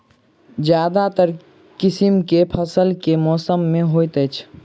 ज्यादातर किसिम केँ फसल केँ मौसम मे होइत अछि?